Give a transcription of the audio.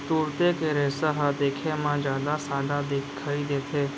तुरते के रेसा ह देखे म जादा सादा दिखई देथे